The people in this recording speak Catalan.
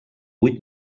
vuit